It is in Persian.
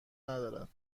ندارد